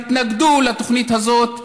התנגדו לתוכנית הזאת.